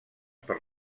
per